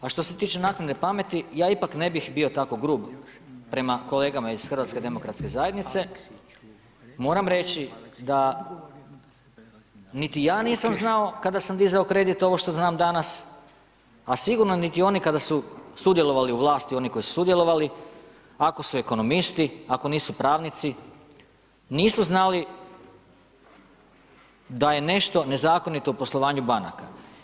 A što se tiče naknade pameti, ja ipak ne bih bio tako grub prema kolegama iz Hrvatske demokratske zajednice, moram reći da niti ja nisam znao kada sam dizao kredit ovo što znam danas, a sigurno niti oni kada su sudjelovali u vlasti oni koji su sudjelovali, ako su ekonomisti, ako nisu pravnici nisu znali da je nešto nezakonito u poslovanju banaka.